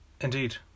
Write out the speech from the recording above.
Indeed